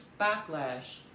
backlash